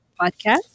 Podcast